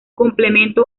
complemento